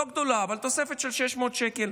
לא גדולה, אבל תוספת של 600 שקל.